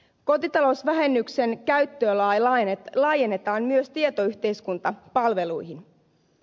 kotitalousvähennyksen käyttöalaa laajennetaan myös tietoyhteiskuntapalveluihin